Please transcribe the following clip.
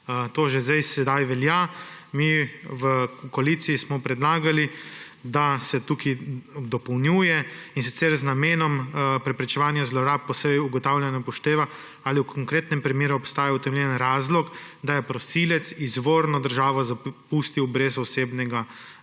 To že sedaj velja. Mi v koaliciji smo predlagali, da se tukaj dopolnjuje, in sicer – z namenom preprečevanja zlorab pa se v ugotavljanju upošteva, ali v konkretnem primeru obstaja utemeljen razlog, da je prosilec izvorno državo zapustil brez osebnega